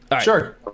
Sure